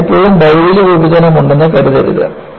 അതിനാൽ എല്ലായ്പ്പോഴും ഭൌതിക വിഭജനമുണ്ടെന്ന് കരുതരുത്